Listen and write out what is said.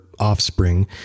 Offspring